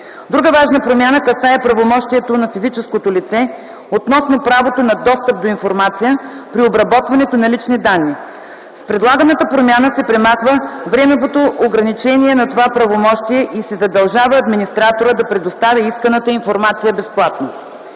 Друга важна промяна касае правомощието на физическото лице относно правото на достъп до информация при обработването на лични данни. С предлаганата промяна се премахва времевото ограничение на това правомощие и се задължава администраторът да предоставя исканата информация безплатно.